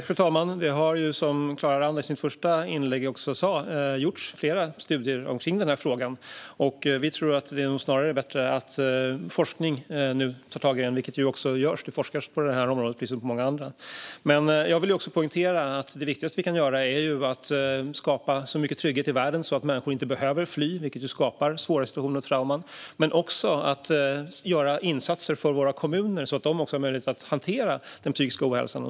Fru talman! Det har, som Clara Aranda sa i sitt första inlägg, gjorts flera studier i frågan. Vi tror snarare att det är bättre att forskningen tar tag i den, vilket också görs. Det forskas på området, liksom på många andra. Jag vill även poängtera att det viktigaste vi kan göra är att skapa så mycket trygghet i världen att människor inte behöver fly, vilket skapar svåra situationer och trauman. Men vi måste också göra insatser för våra kommuner så att de har möjlighet att hantera den psykiska ohälsan.